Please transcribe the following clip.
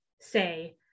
say